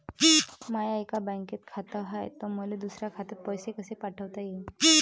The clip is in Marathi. माय एका बँकेत खात हाय, त मले दुसऱ्या खात्यात पैसे कसे पाठवता येईन?